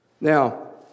Now